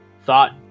Thought